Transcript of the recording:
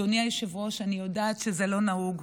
אדוני היושב-ראש, אני יודעת שזה לא נהוג,